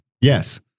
Yes